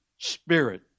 Spirit